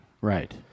Right